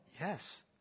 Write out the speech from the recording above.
yes